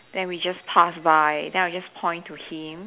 then we just pass by then I will just point to him